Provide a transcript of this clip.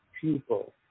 people